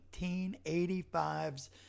1985's